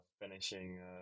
finishing